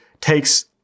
takes